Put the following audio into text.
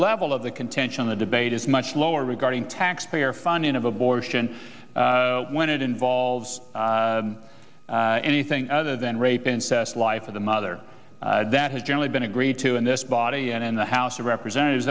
level of the contention in the debate is much lower regarding taxpayer funding of abortion when it involves anything other than rape incest life of the mother that has generally been agreed to in this body and in the house of representatives